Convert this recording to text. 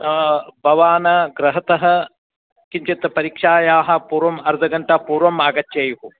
भवान् गृहतः किञ्चित् परीक्षायाः पूर्वम् अर्धघण्टापूर्वम् आगच्छेयुः